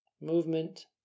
Movement